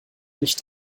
nicht